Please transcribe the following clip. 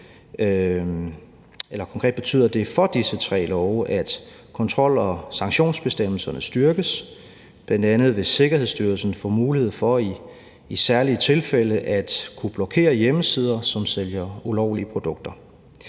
betyder det for disse tre love, at kontrol- og sanktionsbestemmelserne styrkes, bl.a. vil Sikkerhedsstyrelsen få mulighed for i særlige tilfælde at kunne blokere hjemmesider, som sælger ulovlige produkter.